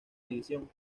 división